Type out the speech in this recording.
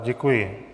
Děkuji.